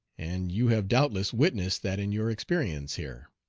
and you have doubtless witnessed that in your experience here.